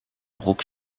broek